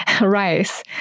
rice